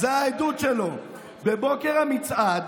זו העדות שלו: בבוקר המצעד